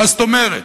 מה זאת אומרת?